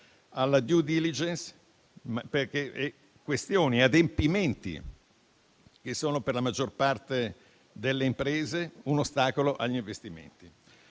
alla *due diligence*; questioni e adempimenti che sono, per la maggior parte delle imprese, un ostacolo agli investimenti.